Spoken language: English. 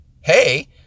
hey